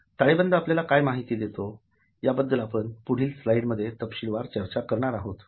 ताळेबंद आपल्याला काय माहिती देते याबद्दल आपण पुढील स्लाइडमध्ये तपशीलवार चर्चा करणार आहोत